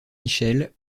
michel